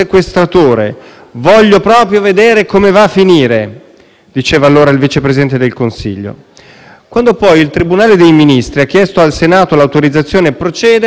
Quando poi il tribunale dei Ministri ha chiesto al Senato l'autorizzazione a procedere, Salvini ha in breve cambiato idea e nella lettera che ha inviato al «Corriere della Sera»